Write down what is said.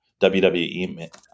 WWE